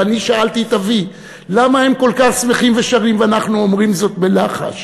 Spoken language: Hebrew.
ואני שאלתי את אבי: למה הם כל כך שמחים ושרים ואנחנו אומרים זאת בלחש?